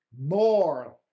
more